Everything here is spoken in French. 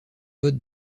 vote